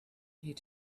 here